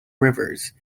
rivers